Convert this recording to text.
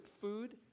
food